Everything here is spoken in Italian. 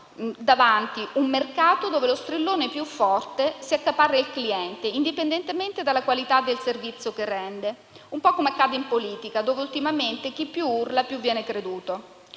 trovano davanti un mercato dove lo strillone più forte si accaparra il cliente, indipendentemente dalla qualità del servizio che rende. Un po' come accade in politica, dove ultimamente chi più urla, più viene creduto.